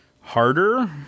harder